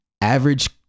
average